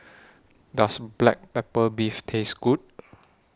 Does Black Pepper Beef Taste Good